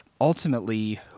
Ultimately